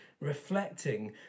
reflecting